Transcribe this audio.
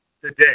today